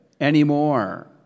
anymore